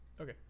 Okay